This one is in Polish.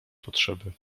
potrzeby